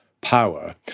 power